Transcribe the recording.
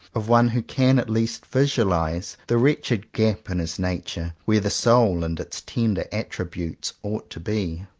of one who can at least visualize the wretched gap in his nature where the soul and its tender attributes ought to be.